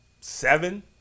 seven